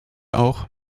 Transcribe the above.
auch